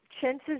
Chances